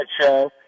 show